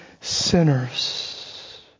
sinners